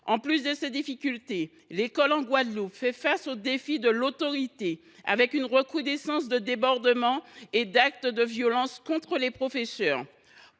En plus de ces difficultés, l’école en Guadeloupe fait face au défi de l’autorité, avec une recrudescence de débordements et d’actes de violence contre les professeurs.